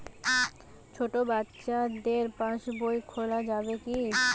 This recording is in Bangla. ছোট বাচ্চাদের পাশবই খোলা যাবে কি?